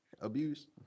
Abuse